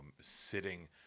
sitting